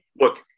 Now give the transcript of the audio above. look